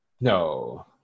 No